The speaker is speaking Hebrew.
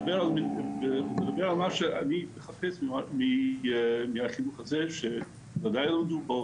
מדבר על מה שאני מחפש מהחינוך הזה שוודאי -- פה,